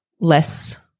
less